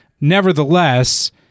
Nevertheless